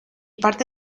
parte